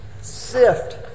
sift